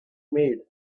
made